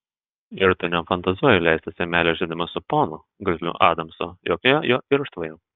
ir tu nefantazuoji leistis į meilės žaidimus su ponu grizliu adamsu jaukioje jo irštvoje